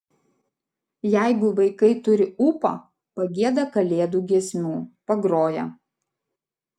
jeigu vaikai turi ūpo pagieda kalėdų giesmių pagroja